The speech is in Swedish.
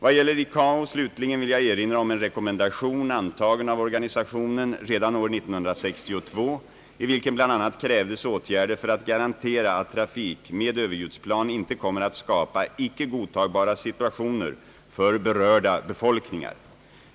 Vad gäller ICAO, slutligen, vill jag erinra om en rekommendation antagen av organisationen redan år 1962, i vilken bl.a. krävdes åtgärder för att garantera att trafik med överljudsplan inte kommer att skapa icke godtagbara situationer för berörda befolkningar.